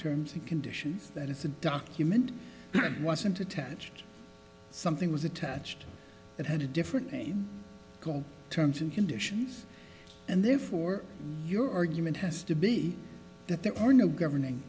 terms and conditions that it's a document wasn't attached something was attached that had a different name terms and conditions and therefore your argument has to be that there are no governing